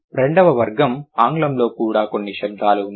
రెండవ వర్గం ఆంగ్లంలో కూడా కొన్ని శబ్దాలు ఉన్నాయి